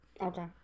Okay